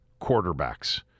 quarterbacks